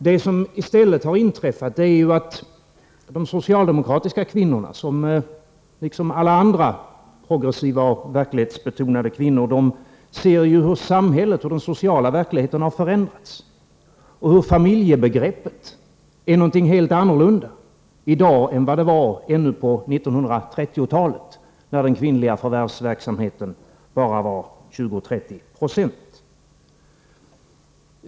Det somii stället har inträffat är att de socialdemokratiska kvinnorna som, i likhet med alla andra progressiva och verklighetsbetonade kvinnor, ser hur samhället och de sociala verkligheterna har förändrats och hur familjebegreppet är någonting helt annat i dag än det var ännu på 1930-talet, när den kvinnliga förvärvsverksamheten bara var 20-30 96.